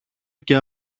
και